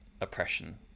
oppression